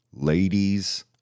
Ladies